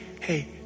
hey